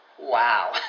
Wow